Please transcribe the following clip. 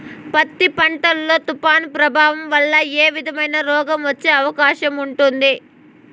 పత్తి పంట లో, తుఫాను ప్రభావం వల్ల ఏ విధమైన రోగం వచ్చే అవకాశం ఉంటుంది?